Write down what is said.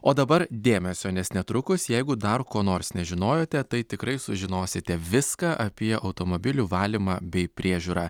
o dabar dėmesio nes netrukus jeigu dar ko nors nežinojote tai tikrai sužinosite viską apie automobilių valymą bei priežiūrą